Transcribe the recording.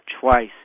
twice